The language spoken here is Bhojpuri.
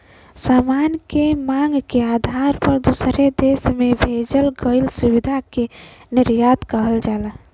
सामान के मांग के आधार पर दूसरे देश में भेजल गइल सुविधा के निर्यात कहल जाला